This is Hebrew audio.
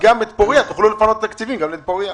ואז תוכלו לפנות תקציבים גם לפוריה.